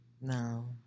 no